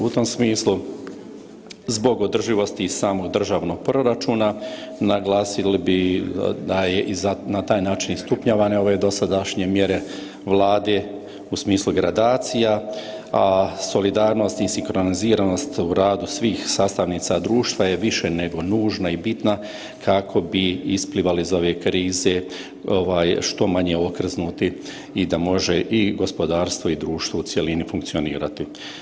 U tom smislu zbog održivosti i samog državnog proračuna naglasili bi da su na taj način i stupnjevane ove dosadašnje mjere Vlade u smislu gradacija, a solidarnost i sinhroniziranost u radu svih sastavnica društva je više nego nužna i bitna kako bi isplivali iz ove krize što manje okrznuti i da može gospodarstvo i društvo u cjelini funkcionirati.